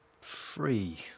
Free